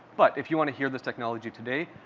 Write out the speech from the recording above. but if you want to hear the technology today,